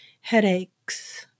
headaches